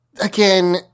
again